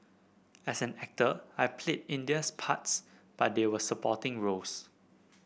as an actor I played Indian's parts but they were supporting roles